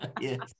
Yes